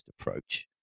approach